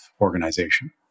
organization